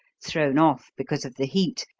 thrown off because of the heat,